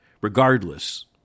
regardless